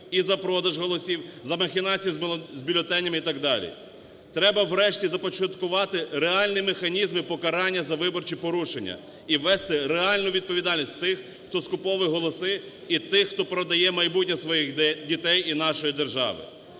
і за продаж голосів, за махінації з бюлетенями і так далі. Треба врешті започаткувати реальні механізми покарання за виборчі порушення і ввести реальну відповідальність тих, хто скуповує голоси і тих, хто продає майбутнє своїх дітей і нашої держави.